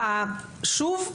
שוב,